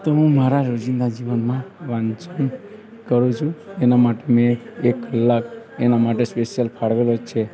તો હું મારા રોજિંદા જીવનમાં વાંચન કરું છું એના માટે મેં એક કલાક એના માટે સ્પેશિયલ ફાળવેલો જ છે